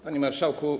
Panie Marszałku!